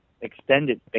extended